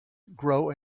grow